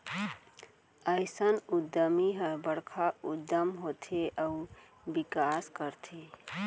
अइसन उद्यमी ह बड़का उद्यम होथे अउ बिकास करथे